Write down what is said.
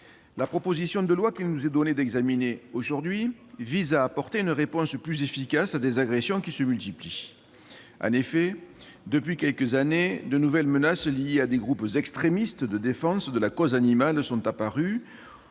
la proposition de loi qu'il nous est donné d'examiner aujourd'hui vise à apporter une réponse plus efficace à des agressions qui se multiplient. En effet, depuis quelques années, de nouvelles menaces liées à des groupes extrémistes de défense de la cause animale sont apparues,